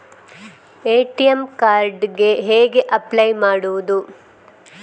ATM card ಗೆ ಹೇಗೆ apply ಮಾಡುವುದು?